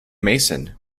mason